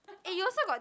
eh you also got